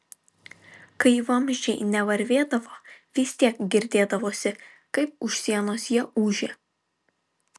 kai vamzdžiai nevarvėdavo vis tiek girdėdavosi kaip už sienos jie ūžia